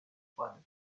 froide